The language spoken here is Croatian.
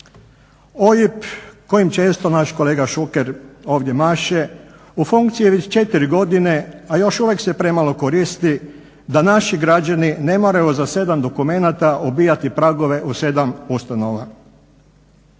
OIB kojim će isto, naš kolega Šuker ovdje maše, u funkciji je već 4 godine, a još uvijek se premalo koristi. Da naši građani ne moraju za 7 dokumenata obijati pragove u 7 ustanova.